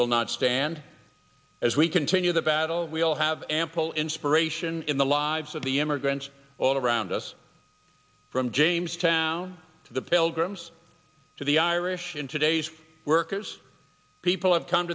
will not stand as we continue the battle we all have ample inspiration in the lives of the immigrants all around us from jamestown to the pilgrims to the irish in today's workers people have come